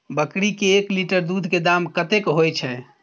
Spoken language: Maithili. बकरी के एक लीटर दूध के दाम कतेक होय छै?